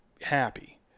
happy